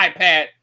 ipad